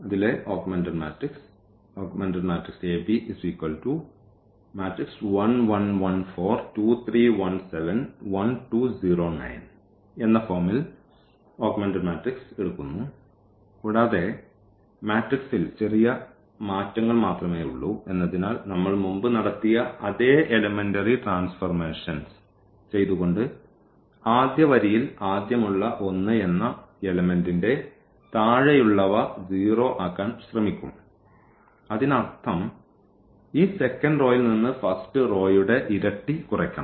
എന്ന ഫോമിൽ ഈ ഓഗ്മെന്റഡ് മാട്രിക്സ് എടുക്കുന്നു കൂടാതെ മാട്രിക്സിൽ ചെറിയ മാറ്റങ്ങൾ മാത്രമേ ഉള്ളൂ എന്നതിനാൽ നമ്മൾ മുമ്പ് നടത്തിയ അതേ എലിമെന്ററി ട്രാൻസ്ഫോർമേഷൻസ് ചെയ്തുകൊണ്ട് ആദ്യ വരിയിൽ ആദ്യം ഉള്ള 1 എന്ന എലിമെന്ററിന്റെ താഴെയുള്ളവ 0 ആക്കാൻ ശ്രമിക്കും അതിനർത്ഥം ഈ സെക്കൻഡ് റോയിൽ നിന്ന് ഫസ്റ്റ് റോയുടെ ഇരട്ടി കുറയ്ക്കണം